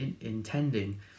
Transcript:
intending